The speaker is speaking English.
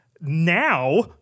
Now